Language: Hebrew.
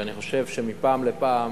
ואני חושב שמפעם לפעם